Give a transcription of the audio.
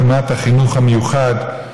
בהקמת החינוך המיוחד,